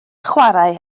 chwarae